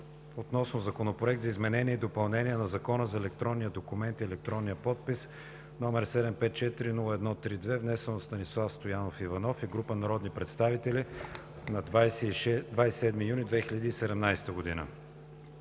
относно Законопроект за изменение и допълнение на Закона за електронния документ и електронния подпис, № 754-01-32, внесен от Станислав Стоянов Иванов и група народни представители на 27 юни 2017 г.